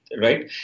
right